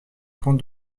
pont